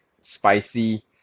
spicy